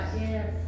Yes